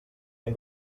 amb